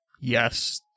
yes